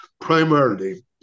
primarily